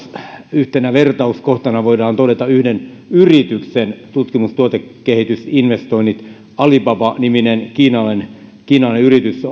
yhtenä vertauskohtana voidaan todeta yhden yrityksen tutkimus ja tuotekehitysinvestoinnit alibaba niminen kiinalainen kiinalainen yritys